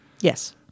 yes